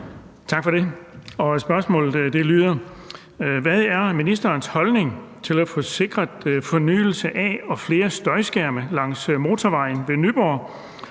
Hvad er ministerens holdning til at få sikret fornyelse af og flere støjskærme langs motorvejen ved Nyborg,